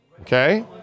Okay